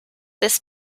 this